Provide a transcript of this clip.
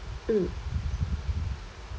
mm